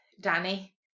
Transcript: Danny